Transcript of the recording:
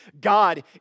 God